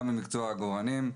גם למקצוע העגורנים,